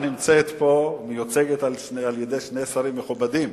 מיוצגת על-ידי שני שרים מכובדים.